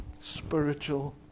spiritual